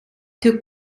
took